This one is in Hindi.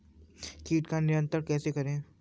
कीट पर नियंत्रण कैसे करें?